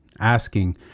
Asking